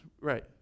right